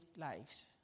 lives